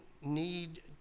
need